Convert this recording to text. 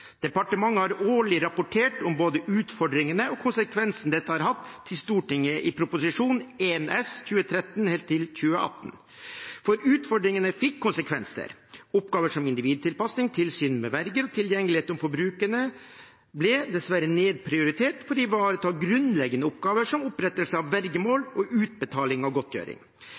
Departementet har årlig rapportert til Stortinget om både utfordringene og konsekvensene dette har hatt, i Prop. 1 S, for perioden 2013 og helt til 2018. Utfordringene fikk konsekvenser. Oppgaver som individtilpasning, tilsyn med verger og tilgjengelighet overfor brukerne ble dessverre nedprioritert for å ivareta grunnleggende oppgaver som opprettelse av vergemål og utbetaling av godtgjøring.